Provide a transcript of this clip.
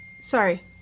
sorry